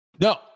No